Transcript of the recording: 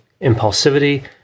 impulsivity